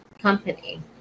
company